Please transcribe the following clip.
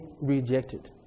rejected